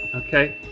okay,